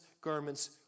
garments